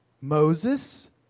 Moses